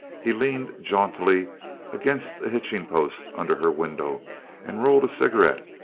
he leaned jauntily against a hitching post under her window and rolled a cigarette,